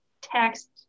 text